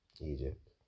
Egypt